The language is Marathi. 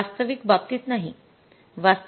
वास्तविक बाबतीत नाही